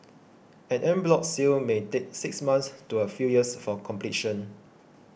an en bloc sale may take six months to a few years for completion